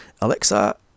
alexa